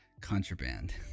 contraband